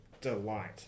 delight